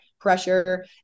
pressure